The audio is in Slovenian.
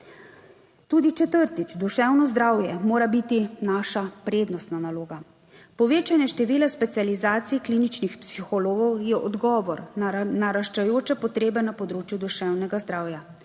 Tudi, četrtič, duševno zdravje mora biti naša prednostna naloga. Povečanje števila specializacij kliničnih psihologov je odgovor na naraščajoče potrebe na področju duševnega zdravja.